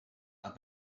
are